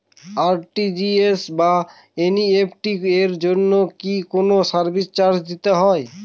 RTGS বা NEFT এর জন্য কি কোনো সার্ভিস চার্জ দিতে হয়?